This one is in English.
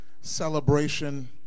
celebration